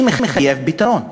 שמחייב פתרון,